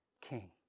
king